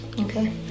Okay